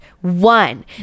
One